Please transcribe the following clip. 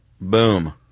Boom